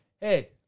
hey